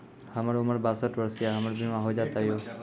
हमर उम्र बासठ वर्ष या हमर बीमा हो जाता यो?